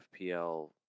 FPL